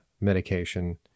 medication